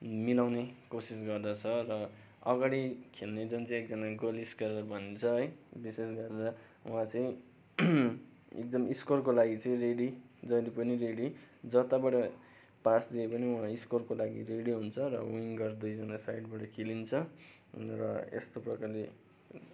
मिलाउने कोसिस गर्दछ र अगाडि खेल्ने जुन चाहिँ एकजना गोल स्कोरर भनिन्छ है विशेष गरेर उहाँ चाहिँ एकदम स्कोरको लागि चाहिँ रेडी जहिले पनि रेडी जताबाट पास दिए पनि उहाँ स्कोरको लागि रेडी हुन्छ र विङ्गर दुईजना साइडबाट खेलिन्छ र यस्तो प्रकारले